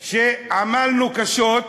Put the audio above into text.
שעמלנו עליו קשות,